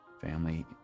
family